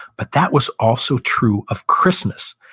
but that was also true of christmas,